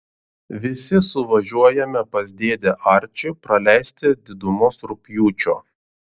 visi suvažiuojame pas dėdę arčį praleisti didumos rugpjūčio